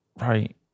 right